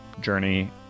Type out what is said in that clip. journey